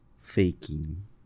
faking